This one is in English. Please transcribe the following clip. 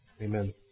amen